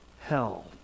hell